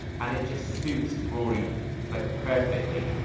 and it just suits rory like perfectly.